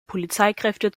polizeikräfte